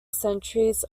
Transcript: centuries